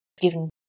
given